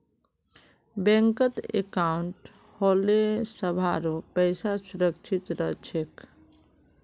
बैंकत अंकाउट होले सभारो पैसा सुरक्षित रह छेक